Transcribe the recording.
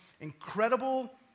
incredible